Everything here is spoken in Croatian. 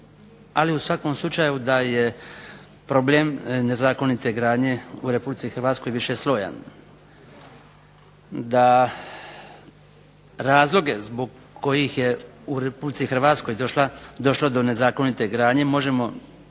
ali u svakom slučaju da je problem nezakonite gradnje u Republici Hrvatskoj višeslojan. Da razloge zbog kojih je u Republici Hrvatskoj došlo do nezakonite gradnje možemo